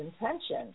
intention